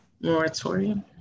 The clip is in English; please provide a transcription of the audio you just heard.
moratorium